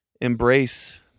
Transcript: embrace